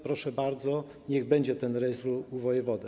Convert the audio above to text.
Proszę bardzo, niech będzie ten rejestr u wojewody.